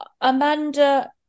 Amanda